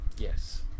Yes